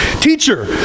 teacher